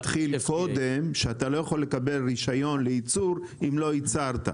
זה מתחיל קודם שאתה לא יכול לקבל רישיון לייצור אם לא ייצרת.